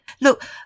Look